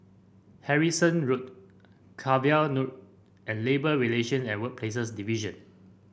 Harrison Road Cavan Road and Labour Relations and Workplaces Division